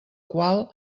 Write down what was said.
qual